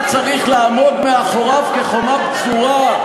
אתה צריך לעמוד מאחוריו כחומה בצורה.